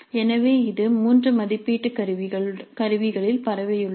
எனவே இது 3 மதிப்பீட்டு கருவிகளில் பரவியுள்ளது